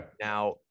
Now